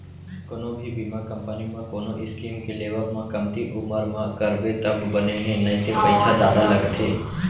कोनो भी बीमा कंपनी म कोनो स्कीम के लेवब म कमती उमर म करबे तब बने हे नइते पइसा जादा लगथे